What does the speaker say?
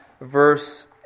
verse